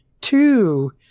two